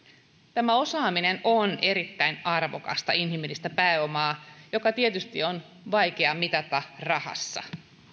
tämä osaaminen on erittäin arvokasta inhimillistä pääomaa jota tietysti on vaikea mitata rahassa